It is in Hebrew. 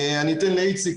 אני אתן לאיציק,